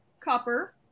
copper